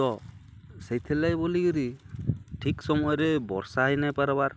ତ ସେଇଥିର୍ ଲାଗି ବୋଲିକିରି ଠିକ୍ ସମୟରେ ବର୍ଷା ହେଇନାଇ ପାର୍ବାର୍